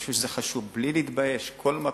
אני חושב שזה חשוב, בלי להתבייש, כל מקום.